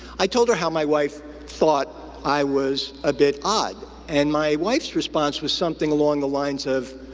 i told her how my wife thought i was a bit odd. and my wife's response was something along the lines of,